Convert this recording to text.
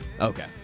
Okay